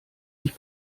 sich